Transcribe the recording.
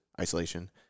isolation